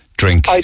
drink